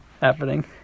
happening